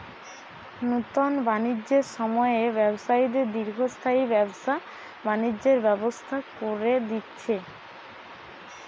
নুতন বাণিজ্যের সময়ে ব্যবসায়ীদের দীর্ঘস্থায়ী ব্যবসা বাণিজ্যের ব্যবস্থা কোরে দিচ্ছে